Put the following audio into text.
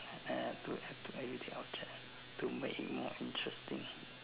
add to an everyday object to make it more interesting